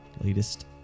latest